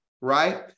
right